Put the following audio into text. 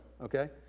okay